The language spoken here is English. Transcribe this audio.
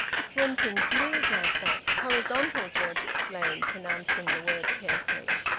it's when things move like that horizontal! george explained, pronouncing the word carefully.